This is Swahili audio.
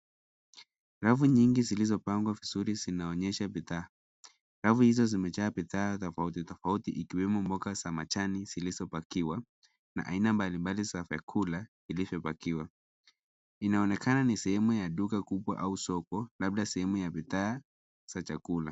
Rafu nyingi zilizopangwa vizuri zinaonyesha bidhaa. Rafu hizo zimejaa bidhaa tofauti tofauti ikiwemo, mboga za majani, zilizopakiwa na aina mbalimbali za vyakula vilivyopakiwa. Inaonekana ni sehemu ya duka kubwa au soko, labda sehemu ya bidhaa za chakula.